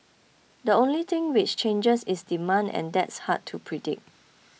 the only thing which changes is demand and that's hard to predict